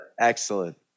Excellent